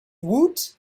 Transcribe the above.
woot